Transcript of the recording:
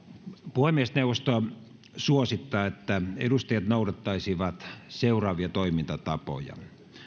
puhemiesneuvosto suosittaa että edustajat noudattaisivat seuraavia toimintatapoja